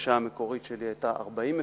הבקשה המקורית שלי היתה 40 מפקחים,